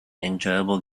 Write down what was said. enjoyable